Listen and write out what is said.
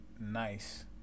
Nice